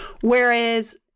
Whereas